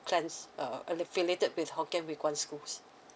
clans err affiliated with hokkien huay kuan school